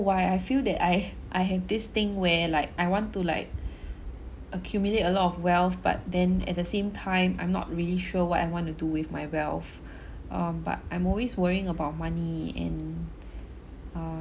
why I feel that I I have this thing where like I want to like accumulate a lot of wealth but then at the same time I'm not really sure what I want to do with my wealth um but I'm always worrying about money and uh